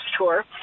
tour